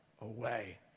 away